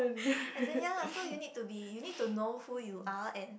as in ya lah so you need to be you need to know who you are and